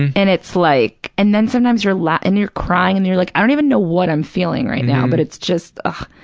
and it's like, and then sometimes you're la, and you're crying and you're like, i don't even know what i'm feeling right now but it's just, ah